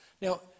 Now